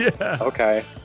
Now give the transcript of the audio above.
Okay